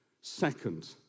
second